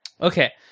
Okay